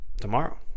tomorrow